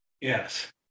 Yes